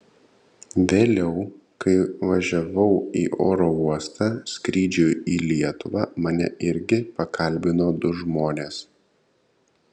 vėliau kai važiavau į oro uostą skrydžiui į lietuvą mane irgi pakalbino du žmonės